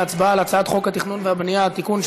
להצבעה על הצעת חוק התכנון והבנייה (תיקון,